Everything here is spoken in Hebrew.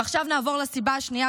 ועכשיו נעבור לסיבה השנייה,